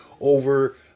over